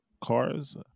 cars